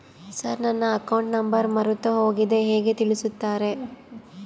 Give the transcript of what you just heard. Sir ನನ್ನ account number ಮರೆತುಹೋಗಿದೆ ಹೇಗೆ ತಿಳಿಸುತ್ತಾರೆ?